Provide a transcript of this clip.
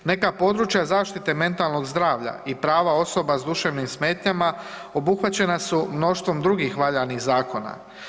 Neka područja zaštite mentalnog zdravlja i prava osoba s duševnim smetnjama obuhvaćena su mnoštvom drugim valjanih zakona.